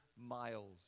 miles